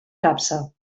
capsa